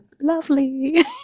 lovely